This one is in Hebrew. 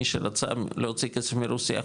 מי שרצה להוציא כסף מרוסיה,